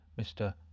Mr